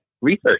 research